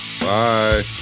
Bye